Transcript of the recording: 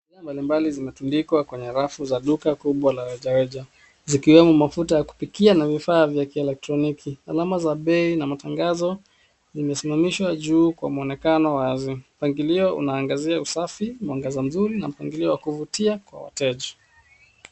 Bidhaa mbalimbali zimetundikwa kwenye rafu za duka kubwa la rejareja zikiwemo mafuta ya kupikia na vifaa vya kielektroniki. Alama za bei na matangazo zimesimamishwa juu kwa muonekano wazi. Mpangilio unaangazia usafi, mwangaza mzuri na mpangilio wa kuvutia kwa wateja.